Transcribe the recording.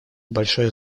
большое